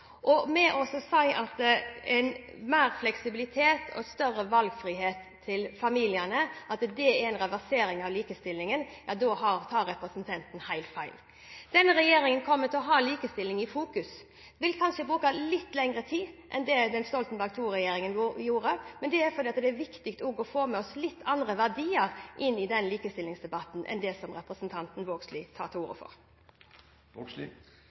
til familiene er en reversering av likestillingen, tar representanten helt feil. Denne regjeringen kommer til å ha likestilling i fokus. Vi vil kanskje bruke litt lenger tid enn Stoltenberg II-regjeringen gjorde, men det er fordi det er viktig å få med seg litt andre verdier inn i likestillingsdebatten enn det som representanten Vågslid tar til